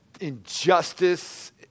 injustice